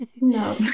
No